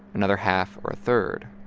another half or a third.